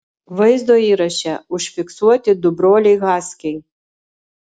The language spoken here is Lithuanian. vaizdo įraše užfiksuoti du broliai haskiai